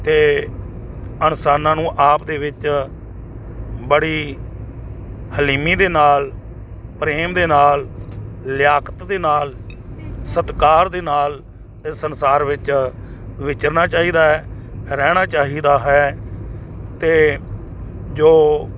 ਅਤੇ ਇਨਸਾਨਾਂ ਨੂੰ ਆਪ ਦੇ ਵਿੱਚ ਬੜੀ ਹਲੀਮੀ ਦੇ ਨਾਲ ਪ੍ਰੇਮ ਦੇ ਨਾਲ ਲਿਆਕਤ ਦੇ ਨਾਲ ਸਤਿਕਾਰ ਦੇ ਨਾਲ ਸੰਸਾਰ ਵਿੱਚ ਵਿਚਰਨਾ ਚਾਹੀਦਾ ਹੈ ਰਹਿਣਾ ਚਾਹੀਦਾ ਹੈ ਅਤੇ ਜੋ